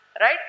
right